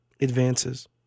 advances